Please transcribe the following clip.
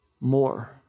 more